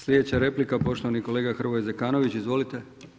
Sljedeća replika poštovani kolega Hrvoje Zekanović, izvolite.